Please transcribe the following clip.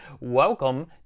welcome